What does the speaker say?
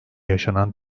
yaşanan